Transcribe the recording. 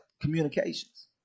communications